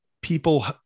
people